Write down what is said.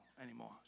anymore